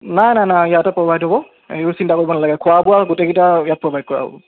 নাই নাই নাই ইয়াতে প্ৰ'ভাইড হ'ব এইবোৰ চিন্তা কৰিব নালাগেখোৱা বোৱা গোটেইকেইটা ইয়াত প্ৰ'ভাইড কৰা হ'ব